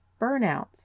burnout